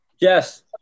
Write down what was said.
Yes